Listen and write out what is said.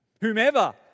whomever